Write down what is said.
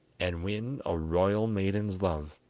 and win a royal maiden's love.